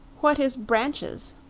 what is branches?